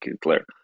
clear